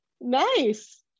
Nice